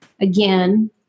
again